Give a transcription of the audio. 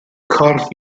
corff